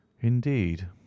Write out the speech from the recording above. indeed